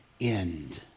end